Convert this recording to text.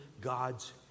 God's